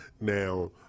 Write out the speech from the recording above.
now